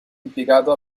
impiegato